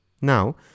Now